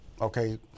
okay